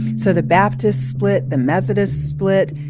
so the baptists split. the methodists split.